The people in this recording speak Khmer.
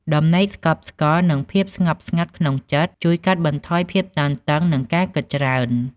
ដំណេកស្កប់ស្កល់ និងភាពស្ងប់ស្ងាត់ក្នុងចិត្ត ជួយកាត់បន្ថយភាពតានតឹង និងការគិតច្រើន។